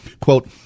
Quote